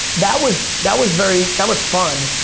that was that was very, that was fun.